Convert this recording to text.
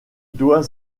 doit